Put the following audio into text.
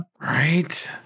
right